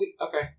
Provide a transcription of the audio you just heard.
Okay